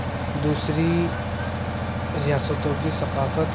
دوسری ریاستوں کی ثقافت